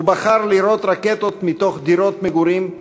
הוא בחר לירות רקטות מתוך דירות מגורים,